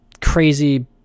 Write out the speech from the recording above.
crazy